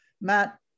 Matt